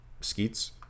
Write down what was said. Skeets